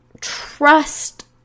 trust